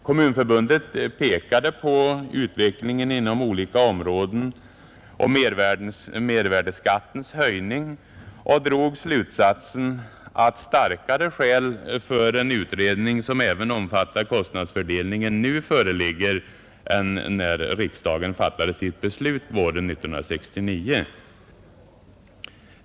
Kommunförbundet pekade på utvecklingen inom olika områden och mervärdeskattens höjning och drog slutsatsen att starkare skäl för en utredning som även omfattar kostnadsfördelningen föreligger nu än när riksdagen fattade sitt beslut våren 1969.